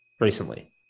recently